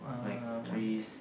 uh one two